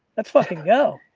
that's fucking gold.